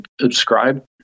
subscribe